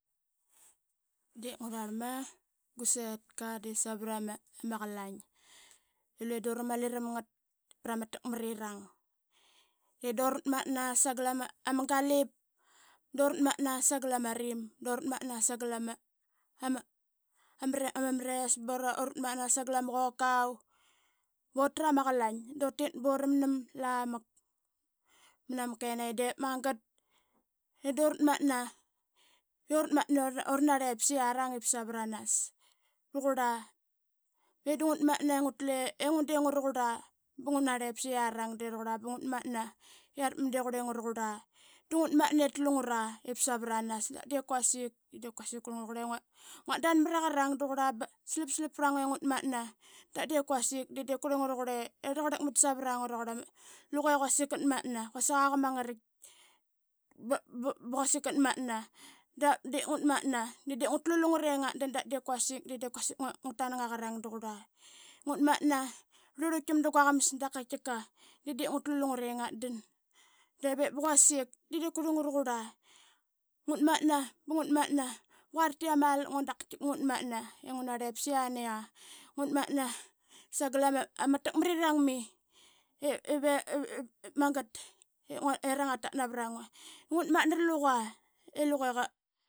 De ngua rlarma gua setka savrama qalain lue dura mali ram ngat prama takmrirang. I durat matna sagal ama galip. ngana ma rim. Urat mat na sagal ama res durat matna. urat manta sagal ama res durat matna sagal ama qokau. butrama qalain dutit buram nam lamak mana kenaqi. De magat. idurat manta. urat manta i uranarlip siyarang ip savranas. Taqurla be da ngut manta i nugtle ngu de nguraqurla ba ngunarlip siyarang de ngutmat na i arit qurlingua ragurla de ngut manta ip tlunqra ip savran as da de kuasik de diip kuasik kurlingua raqurla i quasik nguat dan mraqarang da qurla. Ba slap slap pra ngua i ngut mat na da de quasik de diip kurli ngua i ngut mat na da de quasik de diip kurli ngua ragurle rlagarlak mat savrangua. Raquarl luge quasik qatmatna. quasik aga ma ngaritk ba quasik qatmatna. Da diip ngut manta de diip ngutlu lungre i ngat dan da de quasik de de quasik ngat anana aqarana taqurla. Ngut matna ba rlurluit tam da quaqamas dap qaitkika de diip ngutle lungre ngat dan. Davip quasik de de qurlingua raqurla. ngut matna ba ngut matna ba quate ama lak ngua da qaitikika ngut matna i ngunarlip siyania. Ngut manta sagal amatak mrirang mai i magat dirang ngata navrangva i ngut matna raluqa.